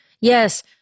Yes